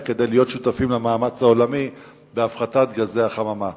כדי להיות שותפים למאמץ העולמי להפחתת גזי החממה.